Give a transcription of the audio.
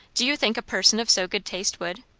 do you think a person of so good taste would?